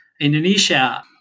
Indonesia